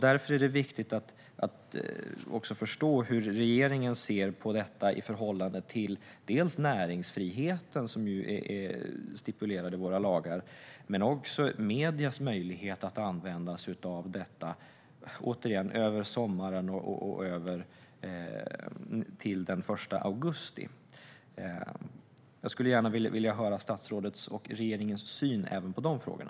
Därför är det viktigt att förstå hur regeringen ser på detta i förhållande till dels näringsfriheten, som ju är stipulerad i våra lagar, dels mediernas möjlighet att använda sig av detta under sommaren fram till den 1 augusti. Jag skulle gärna vilja höra statsrådets och regeringens syn även på de frågorna.